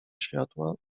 światła